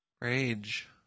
Rage